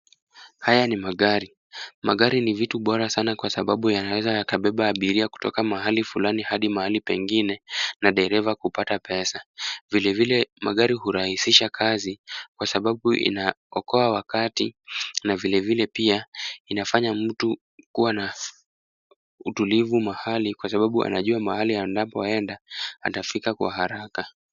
Haya ni magari. Magari ni vitu bora sana kwa sababu yanaweza yakabeba abiria kutoka mahali fulani hadi mahali pengine na dereva kupata pesa. Vile vile magari urahisisha kazi kwa sababu inaokoa wakati na vile vile pia inafanya mtu kuwa na utulivu mahali kwa sababu anajua mahali anapoenda atafika kwa haraka.